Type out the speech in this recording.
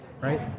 right